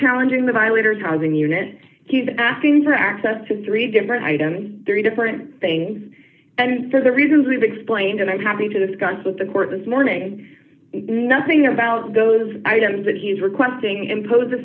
challenging the violators housing unit he's asking for access to three different identities three different things and for the reasons we've explained and i'm happy to discuss with the court this morning nothing about those items that he's requesting impose a